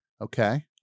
Okay